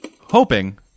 hoping